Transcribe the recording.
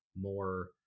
more